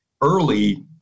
early